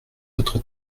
autres